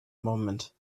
moment